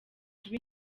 kuba